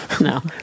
no